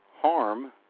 harm